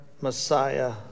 Messiah